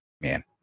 man